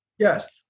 Yes